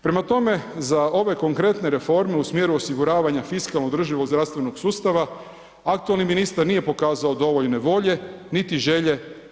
Prema tome, za ove konkretne reforme u smjeru osiguravanja fiskalno održivog zdravstvenog sustava aktualni ministar nije pokazao dovoljne volje niti želje.